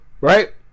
right